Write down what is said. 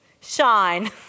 Shine